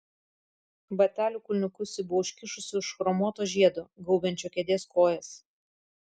batelių kulniukus ji buvo užkišusi už chromuoto žiedo gaubiančio kėdės kojas